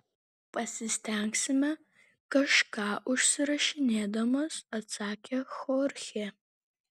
pasistengsime kažką užsirašinėdamas atsakė chorchė